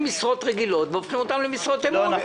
משרות רגילות והופכים אותן למשרות אמון.